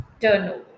turnover